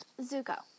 Zuko